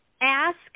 ask